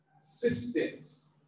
Systems